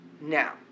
Now